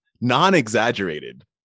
non-exaggerated